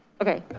okay,